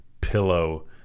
pillow